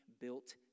built